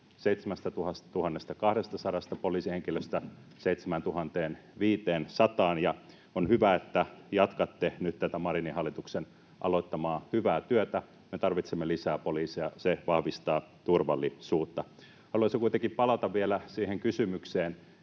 7 200 poliisihenkilöstä 7 500:aan. On hyvä, että jatkatte nyt tätä Marinin hallituksen aloittamaa hyvää työtä. Me tarvitsemme lisää poliiseja, se vahvistaa turvallisuutta. Haluaisin kuitenkin palata vielä siihen kysymykseen,